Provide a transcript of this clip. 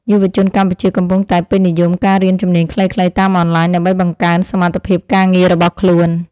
យុវជនកម្ពុជាកំពុងតែពេញនិយមការរៀនជំនាញខ្លីៗតាមអនឡាញ ដើម្បីបង្កើនសមត្ថភាពការងាររបស់ខ្លួន។